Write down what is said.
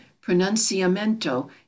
pronunciamento